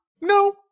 No